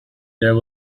there